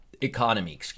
economy